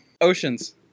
oceans